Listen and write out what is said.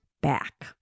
back